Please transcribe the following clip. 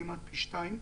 זה כמעט פי שתיים.